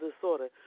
disorder